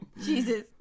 Jesus